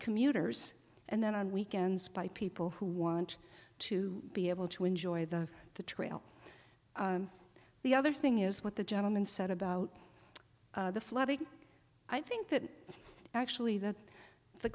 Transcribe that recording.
commuters and then on weekends by people who want to be able to enjoy the the trail the other thing is what the gentleman said about the flooding i think that actually that the